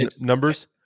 numbers